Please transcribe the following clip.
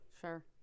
Sure